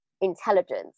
intelligence